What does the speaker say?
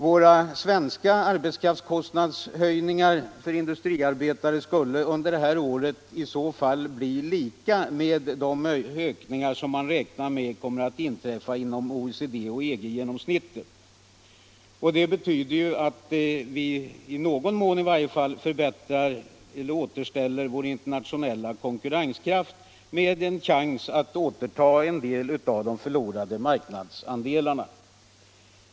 Våra svenska arbetskraftskostnadshöjningar för industriarbetare skulle under detta år i så fall bli lika med de ökningar som man räknar med kommer att inträffa inom OECD och EG-genomsnittet. Det betyder att vi i varje fall i någon mån förbättrar — eller återställer — vår internationella konkurrenskraft med en chans att återta något av de förlorade marknadsandelarna.